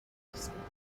ddisgyblion